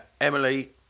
Emily